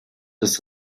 das